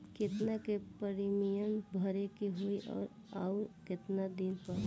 केतना के प्रीमियम भरे के होई और आऊर केतना दिन पर?